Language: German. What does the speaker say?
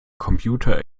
computer